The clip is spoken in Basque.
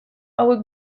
hauek